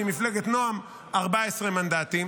ועם מפלגת נועם 14 מנדטים,